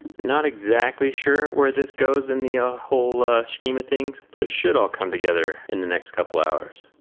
not exactly sure where this goes in the ah whole ah scheme of things, but it should all come together in the next couple hours.